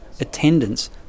Attendance